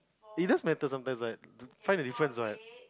it does matter sometimes right find the difference what